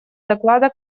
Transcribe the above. доклада